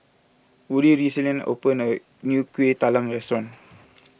Woody recently opened a new Kuih Talam restaurant